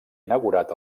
inaugurat